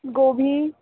गोभी